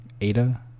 Ada